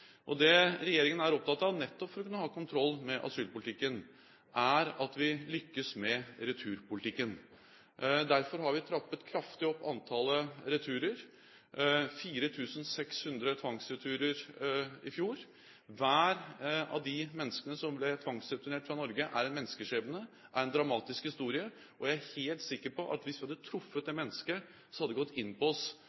Det regjeringen er opptatt av nettopp for å kunne ha kontroll med asylpolitikken, er at vi lykkes med returpolitikken. Derfor har vi trappet kraftig opp antallet returer: 4 600 tvangsreturer i fjor. Hvert av de menneskene som ble tvangsreturnert fra Norge, er en menneskeskjebne, er en dramatisk historie, og jeg er helt sikker på at hvis vi hadde truffet